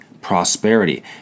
prosperity